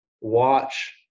watch